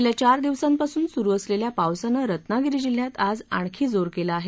गेल्या चार दिवसांपासून सुरू असलेल्या पावसांनं रत्नागिरी जिल्ह्यात आज आणखी जोर केला आहे